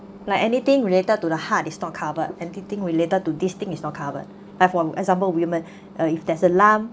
like anything related to the heart is not covered anything related to this thing is not covered like for example women uh if there's a lung